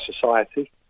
society